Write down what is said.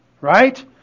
Right